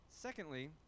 Secondly